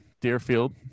Deerfield